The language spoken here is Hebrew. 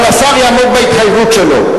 אבל השר יעמוד בהתחייבות שלו.